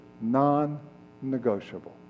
non-negotiable